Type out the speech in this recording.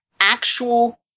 actual